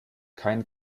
kein